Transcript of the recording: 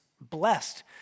blessed